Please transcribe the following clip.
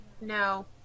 No